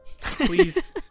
Please